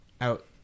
out